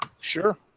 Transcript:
Sure